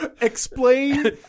explain